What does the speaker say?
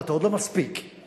אתה עוד לא מספיק להיכנס,